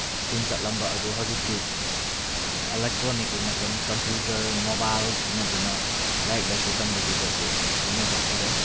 ꯏꯁꯀꯨꯟ ꯆꯠꯂꯝꯕ ꯑꯗꯣ ꯍꯧꯖꯤꯛꯇꯤ ꯑꯦꯂꯦꯛꯇ꯭ꯔꯣꯅꯤꯛꯀꯤ ꯃꯇꯝ ꯀꯝꯄ꯭ꯌꯨꯇꯔ ꯃꯣꯕꯥꯏꯜ ꯁꯤꯖꯤꯟꯅꯗꯨꯅ ꯂꯥꯏꯔꯤꯛ ꯂꯥꯏꯁꯨ ꯇꯝꯕꯒꯤꯗꯁꯨ ꯁꯤꯖꯤꯟꯅꯕ ꯍꯧꯔꯦ